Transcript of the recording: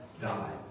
die